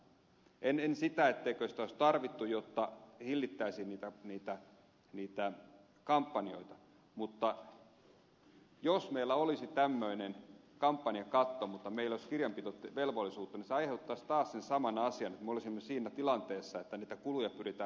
en niin etteikö sitä olisi tarvittu jotta hillittäisiin niitä kampanjoita mutta jos meillä olisi tämmöinen kampanjakatto mutta meillä ei olisi kirjanpitovelvollisuutta niin se aiheuttaisi taas sen saman asian että me olisimme siinä tilanteessa että niitä kuluja pyritään peittämään